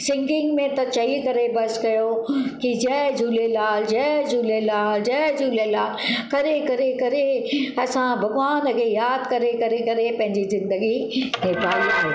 singing में त चई करे बसि कयो की जय झूलेलाल जय झूलेलाल जय झूलेलाल करे करे करे असां भॻवान खे यादि करे करे करे पंहिंजी ज़िंदगी बिताई आहे